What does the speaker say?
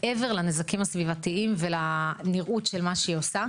מעבר לנזקים הסביבתיים ולנראות של מה שהיא עושה.